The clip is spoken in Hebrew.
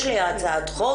יש לי פה הצעת חוק,